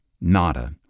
Nada